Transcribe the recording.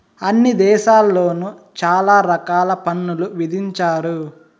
అన్ని దేశాల్లోను చాలా రకాల పన్నులు విధించారు